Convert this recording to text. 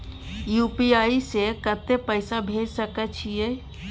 UPI से कत्ते पैसा भेज सके छियै?